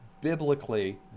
Biblically